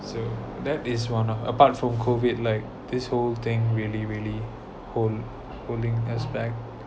so that is one apart from COVID like this whole thing really really hold holding us back